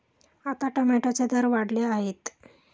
आता टोमॅटोचे दर वाढले आहेत